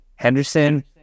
Henderson